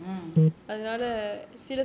night mm